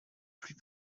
plus